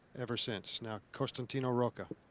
ever since. now. costantino rocca.